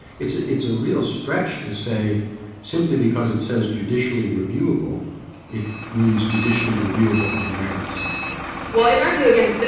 it's it's a real stretch to say simply because it says judicially reviewable it means judicially reviewable on the merits. harrington well, in our view, again,